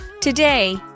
Today